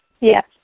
Yes